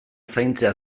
zaintzea